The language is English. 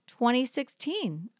2016